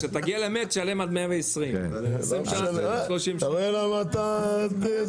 כשתגיע ל-100 תשלם עד 120. אתה רואה למה את זה?